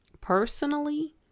personally